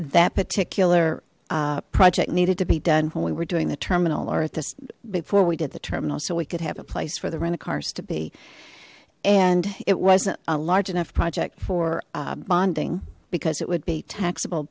that particular project needed to be done when we were doing the terminal or at this before we did the terminals so we could have a place for the rental cars to be and it wasn't a large enough project for bonding because it would be taxable